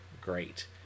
great